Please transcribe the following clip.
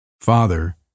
Father